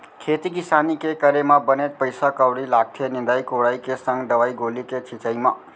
खेती किसानी के करे म बनेच पइसा कउड़ी लागथे निंदई कोड़ई के संग दवई गोली के छिंचाई म